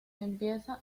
empieza